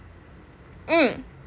mm